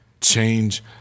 Change